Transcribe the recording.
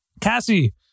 Cassie